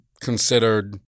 considered